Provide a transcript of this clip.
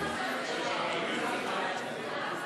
לגבי המסגדים,